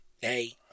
hey